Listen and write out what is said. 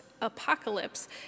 apocalypse